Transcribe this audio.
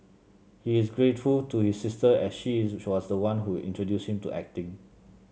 he is grateful to his sister as she was the one who introduced him to acting